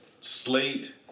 Slate